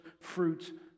fruit